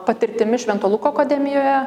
patirtimi švento luko akademijoje